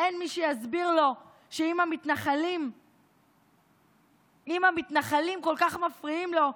אין מי שיסביר לו שאם המתנחלים כל כך מפריעים לו,